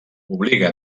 obliga